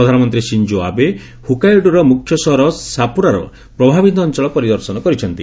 ପ୍ରଧାନମନ୍ତ୍ରୀ Shinzo Abe ହୁକାଇଡୋର ମୁଖ୍ୟ ସହର ସାପୋରୋର ପ୍ରଭାବିତ ଅଞ୍ଚଳ ପରିଦର୍ଶନ କରିଛନ୍ତି